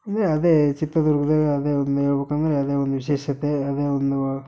ಇದೇ ಅದೇ ಚಿತ್ರದುರ್ಗ್ದಗೆ ಅದೇ ಒಂದು ಹೇಳ್ಬೇಕಂದ್ರೆ ಅದೇ ಒಂದು ವಿಶೇಷತೆ ಅದೇ ಒಂದು